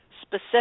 specific